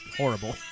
horrible